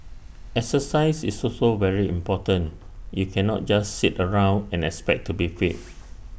exercise is also very important you cannot just sit around and expect to be fit